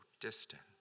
distant